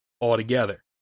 altogether